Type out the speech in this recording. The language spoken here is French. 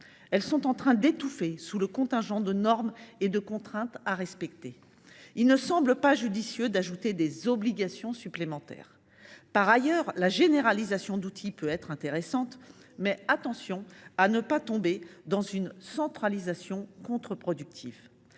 ces dernières étouffent sous le contingent de normes et de contraintes à respecter, il ne semble pas judicieux d’ajouter des obligations supplémentaires. Par ailleurs, la généralisation d’outils peut être intéressante, mais veillons à ne pas tomber dans une centralisation contre productive.